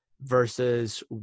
versus